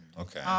Okay